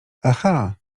aha